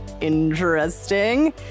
interesting